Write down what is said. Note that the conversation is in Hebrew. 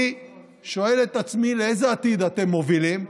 אני שואל את עצמי לאיזה עתיד אתם מובילים,